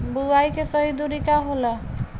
बुआई के सही दूरी का होला?